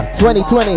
2020